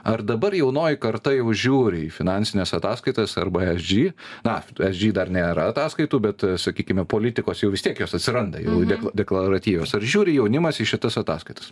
ar dabar jaunoji karta jau žiūri į finansines ataskaitas arba esg na esg dar nėra ataskaitų bet sakykime politikos jau vis tiek jos atsiranda jau dek deklaratyvios ar žiūri jaunimas į šitas ataskaitas